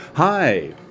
Hi